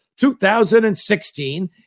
2016